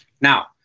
Now